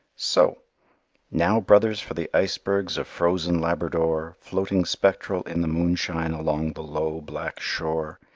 so now, brothers, for the icebergs of frozen labrador, floating spectral in the moonshine along the low, black shore.